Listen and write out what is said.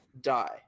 Die